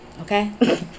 okay